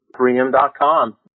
3M.com